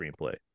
screenplay